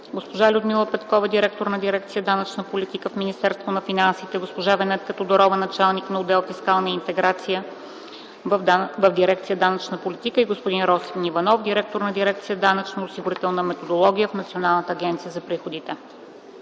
госпожа Людмила Петкова – директор на дирекция „Данъчна политика” в Министерството на финансите, госпожа Венетка Тодорова – началник на отдел „Фискална интеграция” в дирекция „Данъчна политика”, и господин Росен Иванов – директор на дирекция „Данъчно-осигурителна методология” в Националната агенция за приходите.